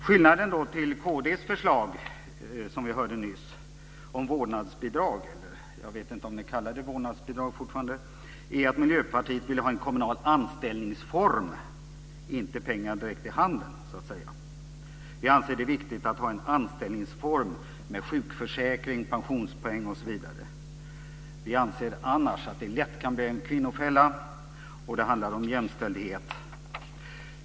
Skillnaden mellan vårt förslag och kristdemokraternas förslag om vårdnadsbidrag - jag vet inte om ni kallar det vårdnadsbidrag längre - är att Miljöpartiet vill ha en kommunal anställningsform, inte pengar direkt i handen så att säga. Vi anser att det är viktigt att ha en anställningsform med sjukförsäkring, pensionspoäng osv. Annars kan det lätt bli en kvinnofälla samtidigt som det handlar om jämställdhet.